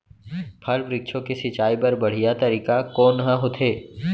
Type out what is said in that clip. फल, वृक्षों के सिंचाई बर बढ़िया तरीका कोन ह होथे?